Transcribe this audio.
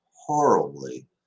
horribly